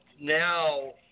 now